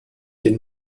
den